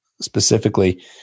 specifically